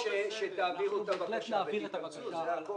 הוא ביקש שתעבירו את הבקשה, זה הכול.